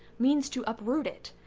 means to uproot it,